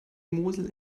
mosel